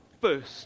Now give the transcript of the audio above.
first